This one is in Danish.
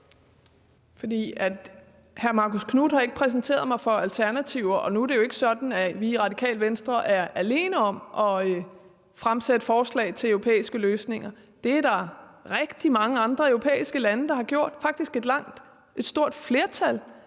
(RV): Hr. Marcus Knuth har ikke præsenteret mig for alternativer, og nu er det jo ikke sådan, at vi i Radikale Venstre er alene om at fremsætte forslag til europæiske løsninger. Det er der rigtig mange andre europæiske lande der har gjort. Faktisk går et stort flertal af